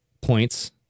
points